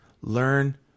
learn